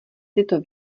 tyto